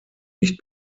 nicht